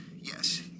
Yes